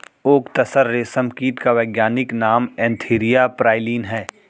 okay तसर रेशम कीट का वैज्ञानिक नाम एन्थीरिया प्राइलीन है